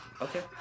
Okay